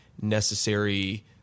necessary